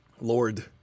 Lord